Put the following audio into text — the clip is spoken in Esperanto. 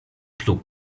plu